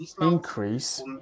increase